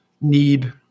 need